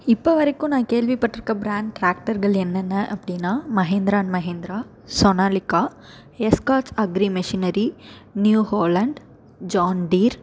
இப்போ வரைக்கும் நான் கேள்விப்பட்டுருக்க பிராண்ட் டிராக்ட்டர்கள் என்னென்ன அப்படின்னா Mahindra and Mahindra Sonalika Escorts agri machinery New Holland John Deere